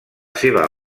seva